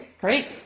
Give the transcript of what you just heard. Great